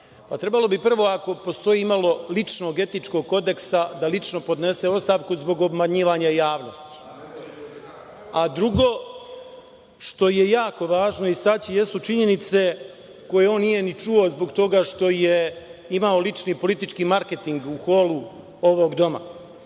trebalo bi prvo, ako postoji imalo ličnog etičkog kodeksa, da lično podnese ostavku zbog obmanjivanja javnosti. Drugo, što je jako važno istaći, jesu činjenice koje on nije ni čuo zbog toga što je imao lični politički marketing u holu ovog doma. Ono